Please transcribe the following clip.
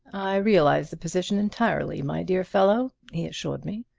i realize the position entirely, my dear fellow, he assured me.